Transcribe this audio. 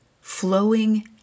flowing